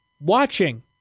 watching